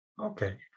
Okay